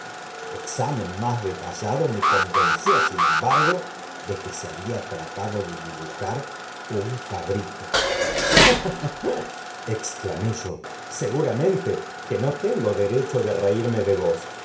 examen más detallado me convenció sin embargo de que se había tratado de dibujar un cabrito ja ja ja exclamé yo seguramente que no tengo derecho de reírme de vos